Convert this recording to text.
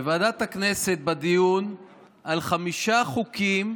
בדיון על חמישה חוקים,